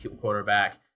quarterback